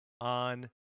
on